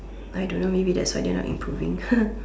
I don't know maybe that's why they're not improving